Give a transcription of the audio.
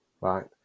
Right